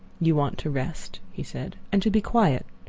you want to rest, he said, and to be quiet.